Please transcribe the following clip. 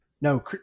No